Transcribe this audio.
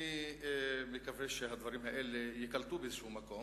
אני מקווה שהדברים האלה ייקלטו באיזשהו מקום.